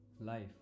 life